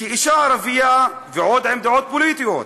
כי אישה ערבייה, ועוד עם דעות פוליטיות,